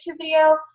video